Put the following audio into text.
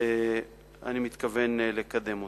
ואני מתכוון לקדם אותו.